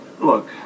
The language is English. look